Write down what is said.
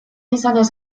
izanez